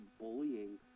bullying